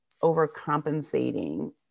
overcompensating